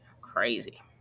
Crazy